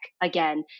again